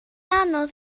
anodd